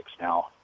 now